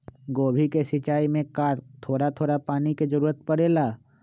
गोभी के सिचाई में का थोड़ा थोड़ा पानी के जरूरत परे ला?